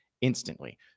instantly